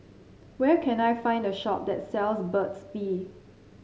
where can I find a shop that sells Burt's Bee